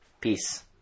Peace